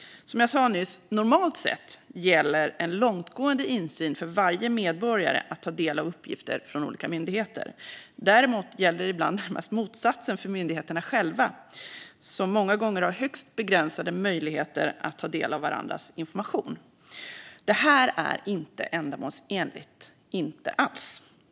Som jag sa nyss gäller normalt sett en långtgående insyn för varje medborgare, som har rätt att ta del av uppgifter från olika myndigheter. Däremot gäller ibland närmast motsatsen för myndigheterna själva, som många gånger har högst begränsade möjligheter att ta del av varandras information. Detta är inte alls ändamålsenligt.